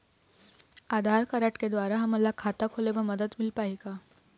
आधार card के द्वारा हमन ला खाता खोले म मदद मिल पाही का?